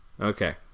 Okay